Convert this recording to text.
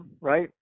right